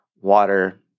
water